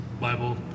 Bible